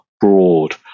broad